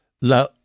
La